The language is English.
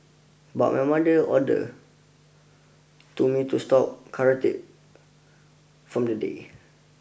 but my mother ordered to me to stop karate from the day